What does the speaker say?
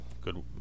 good